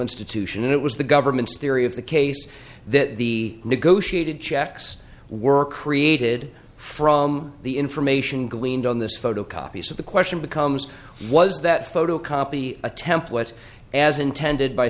institution it was the government's theory of the case that the negotiated checks were created from the information gleaned on this photocopies of the question becomes was that photocopy a template as intended by